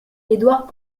edouard